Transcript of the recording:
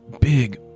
big